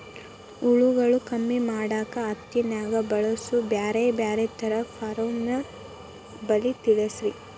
ಹುಳುಗಳು ಕಮ್ಮಿ ಮಾಡಾಕ ಹತ್ತಿನ್ಯಾಗ ಬಳಸು ಬ್ಯಾರೆ ಬ್ಯಾರೆ ತರಾ ಫೆರೋಮೋನ್ ಬಲಿ ತಿಳಸ್ರಿ